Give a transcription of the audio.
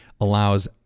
allows